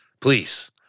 Please